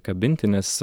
kabinti nes